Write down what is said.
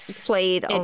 played